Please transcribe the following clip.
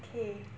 okay